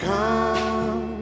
Come